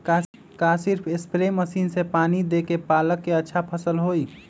का सिर्फ spray machine से पानी देके पालक के अच्छा फसल होई?